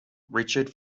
richard